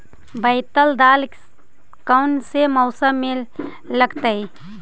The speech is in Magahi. बैतल दाल कौन से मौसम में लगतैई?